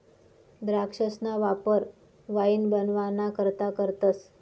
द्राक्षसना वापर वाईन बनवाना करता करतस